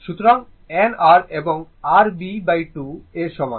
সুতরাং n r এবং r b2 এর সমান